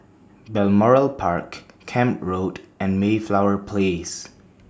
Balmoral Park Camp Road and Mayflower Place